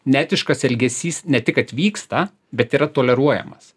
neetiškas elgesys ne tik kad vyksta bet yra toleruojamas